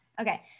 Okay